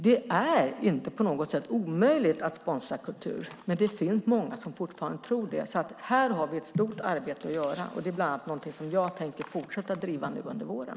Det är inte på något sätt omöjligt att sponsra kultur, men det finns många som fortfarande tror det. Här har vi ett stort arbete att göra, och det är bland annat någonting som jag tänker fortsätta att driva nu under våren.